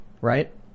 right